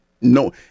no